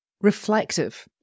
reflective